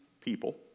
people